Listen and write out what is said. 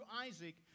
Isaac